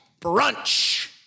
brunch